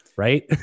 right